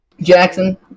Jackson